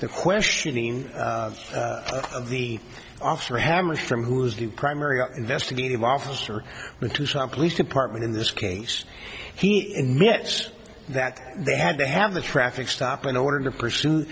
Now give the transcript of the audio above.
the questioning of the officer hammers from who is the primary investigative officer in tucson police department in this case he in minutes that they had to have the traffic stop in order to persue